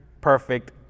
perfect